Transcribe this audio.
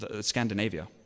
Scandinavia